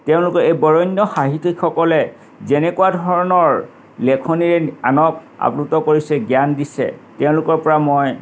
তেওঁলোকে এই বৰেণ্য সাহিত্যিকসকলে যেনেকুৱা ধৰণৰ লেখনিৰে আনক আপ্লুত কৰিছে জ্ঞান দিছে তেওঁলোকৰ পৰা মই